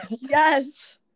Yes